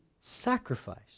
sacrifice